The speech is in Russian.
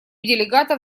делегатов